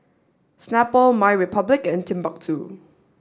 Snapple MyRepublic and Timbuk Two